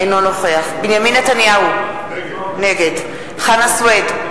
אינו נוכח בנימין נתניהו, נגד חנא סוייד,